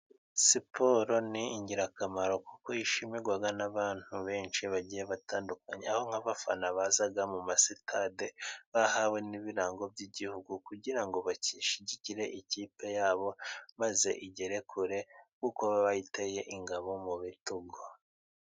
Siporo ni ingirakamaro kuko yishimirwa n'abantu benshi bagiye batandukanye, aho nk'abafana baza mu ma sitade bahawe n'ibirango by'igihugu, kugira ngo bashyigikire ikipe yabo maze igere kure, kuko bayiteye ingabo mu bitugu.